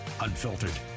unfiltered